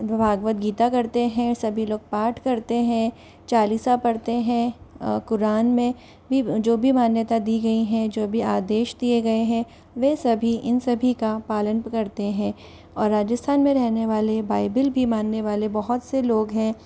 वह भागवत गीता करते हैं सभी लोग पाठ करते हैं चालिसा पढ़ते हैं क़ुरान में भी जो भी मान्यता दी गईं हैं जो भी आदेश दिए गए हैं वे सभी इन सभी का पालन करते हैं और राजस्थान में रहने वाले बाइबिल भी मानने वाले बहुत से लोग हैं